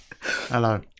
Hello